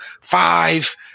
five